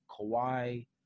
Kawhi